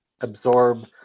absorb